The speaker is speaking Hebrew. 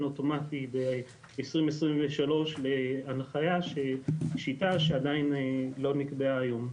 אוטומטי ב-2023 בהנחיה שיטה שעדיין לא נקבעה היום.